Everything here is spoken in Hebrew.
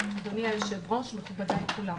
אדוני היושב-ראש, מכובדיי כולם,